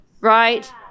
Right